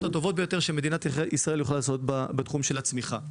הטובות ביותר שמדינת ישראל יכולה לעשות בתחום של הצמיחה.